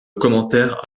commentaires